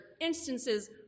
instances